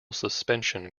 suspension